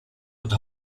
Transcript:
und